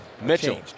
Mitchell